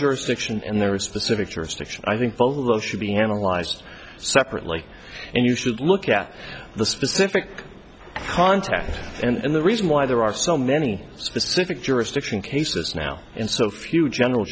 jurisdiction and there are specific jurisdiction i think both of those should be analyzed separately and you should look at the specific contact and the reason why there are so many specific jurisdiction cases now in so few general